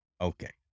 Okay